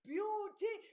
Beauty